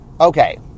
Okay